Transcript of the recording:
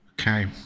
Okay